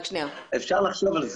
אפשר לחשוב על זה.